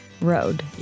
road